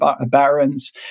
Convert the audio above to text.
barons